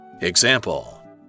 Example